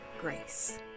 grace